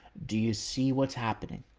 do you see what's happening?